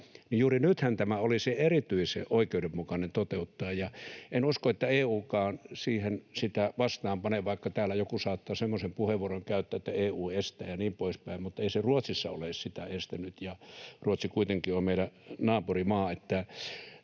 Juuri nythän tämä olisi erityisen oikeudenmukainen toteuttaa, ja en usko, että EU:kaan sitä vastaan panee, vaikka täällä joku saattaa semmoisen puheenvuoron käyttää, että EU estää ja niin poispäin. Ei se Ruotsissa ole sitä estänyt, ja Ruotsi kuitenkin on meidän naapurimaamme.